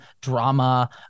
drama